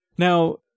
Now